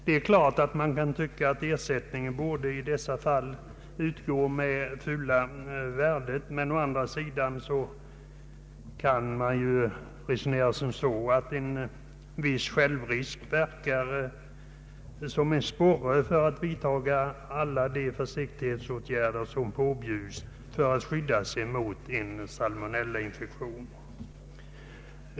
Det kan tyckas att ersättning i dessa fall bör utgå med fulla värdet, men å andra sidan kan man ju resonera på det sättet att en viss självrisk verkar som en sporre att vidta alla de försiktighetsåtgärder som påbjuds för att skydda sig mot salmonellainfektion.